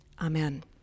Amen